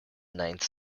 ninth